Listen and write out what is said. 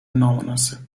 نامناسب